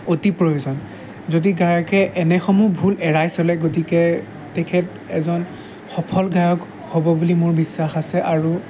অতি প্ৰয়োজন যদি গায়কে এনেসমূহ ভুল এৰাই চলে গতিকে তেখেত এজন সফল গায়ক হ'ব বুলি মোৰ বিশ্বাস আছে আৰু